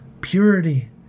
purity